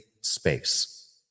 space